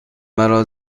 مرا